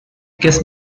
kiss